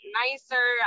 nicer